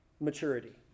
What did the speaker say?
maturity